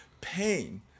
pain